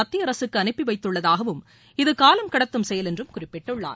மத்திய அரசுக்கு அனுப்பி வைத்துள்ளதாகவும் இது காலம் கடத்தும் செயல் என்றும் குறிப்பிட்டுள்ளார்